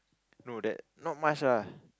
no that not much lah